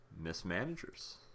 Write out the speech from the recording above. mismanagers